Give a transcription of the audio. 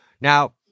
Now